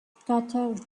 scattered